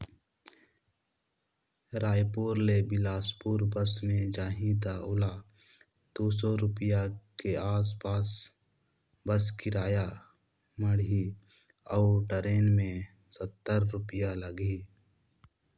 रायपुर ले बेलासपुर बस मे जाही त ओला दू सौ रूपिया के आस पास बस किराया माढ़ही अऊ टरेन मे सत्तर रूपिया लागही